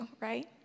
right